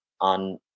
on